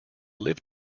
live